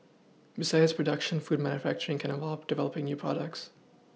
besides production food manufacturing can involve develoPing new products